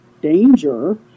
danger